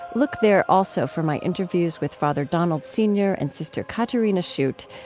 look there also for my interviews with father donald senior and sister katarina schuth.